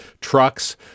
trucks